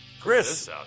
Chris